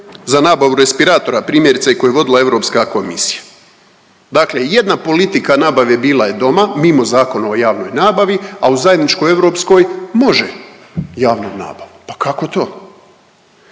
za nabavu respiratora, primjerice koju je vodila Europska komisija. Dakle jedna politika nabave bila je doma mimo Zakona o javnoj nabavi, a u zajedničkoj europskoj može javnom nabavom, pa kako to?